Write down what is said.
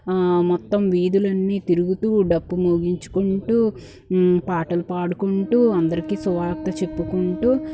మొత్తం వీధులన్నీ తిరుగుతూ డప్పు మోగించుకుంటూ పాటలు పాడుకుంటూ అందరికీ సువార్త చెప్పుకుంటూ